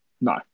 No